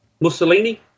Mussolini